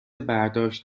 برداشت